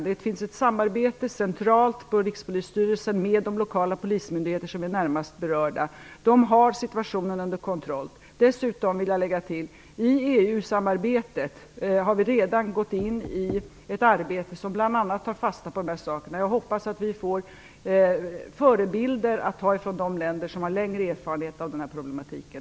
Det förekommer ett samarbete centralt på Rikspolisstyrelsen med de lokala polismyndigheter som är närmast berörda. De har situationen under kontroll. Dessutom vill jag lägga till att vi i EU-samarbetet redan har gått in i ett arbete som bl.a. tar fasta på de här sakerna. Jag hoppas att vi får förebilder från de länder som har längre erfarenhet av problematiken.